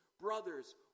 brothers